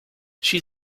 she